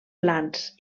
plans